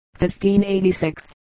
1586